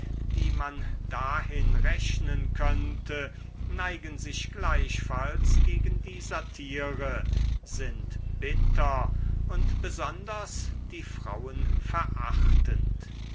die man dahin rechnen könnte neigen sich gleichfalls gegen die satire sind bitter und besonders die frauen verachtend